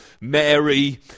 Mary